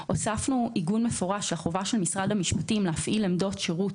הוספנו עיגון מפורש על החובה של משרד המשפטים להפעיל עמדות שירות